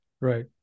right